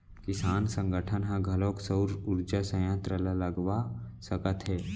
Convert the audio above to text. किसान संगठन ह घलोक सउर उरजा संयत्र ल लगवा सकत हे